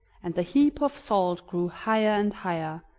and the heap of salt grew higher and higher,